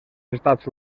estats